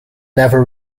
never